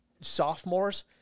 sophomores